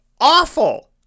awful